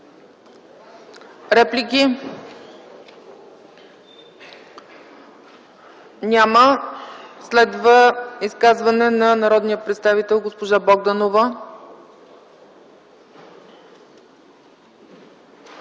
Реплики? Няма. Следва изказване на народния представител госпожа Богданова.